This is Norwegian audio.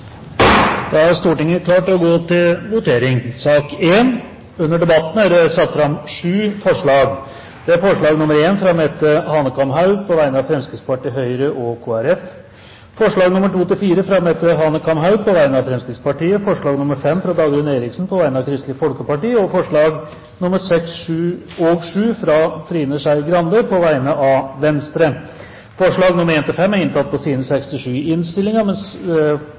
da til votering. Under debatten er det satt fram sju forslag. Det er forslag nr. 1, fra Mette Hanekamhaug på vegne av Fremskrittspartiet, Høyre og Kristelig Folkeparti forslagene nr. 2–4, fra Mette Hanekamhaug på vegne av Fremskrittspartiet forslag nr. 5, fra Dagrun Eriksen på vegne av Kristelig Folkeparti forslagene nr. 6 og 7, fra Trine Skei Grande på vegne av Venstre Forslagene nr. 1–5 er inntatt på sidene 6 og 7 i